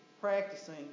practicing